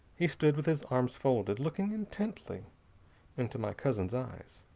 he stood with his arms folded, looking intently into my cousin's eyes.